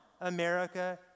America